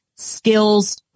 skills